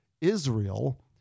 Israel